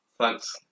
Thanks